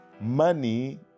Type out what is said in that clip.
Money